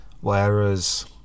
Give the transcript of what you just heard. Whereas